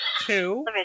Two